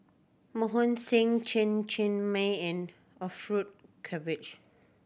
Mohan Singh Chen Cheng Mei and Orfeur Cavenagh